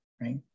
right